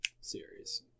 series